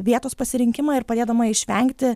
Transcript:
vietos pasirinkimą ir padėdama išvengti